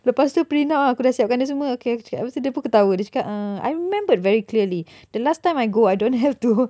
lepas tu print out ah siapkan dia semua okay lepas tu dia pun ketawa dia cakap uh I remembered very clearly the last time I go I don't have to